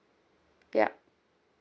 yup